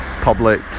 public